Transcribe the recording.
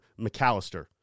McAllister